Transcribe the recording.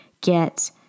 get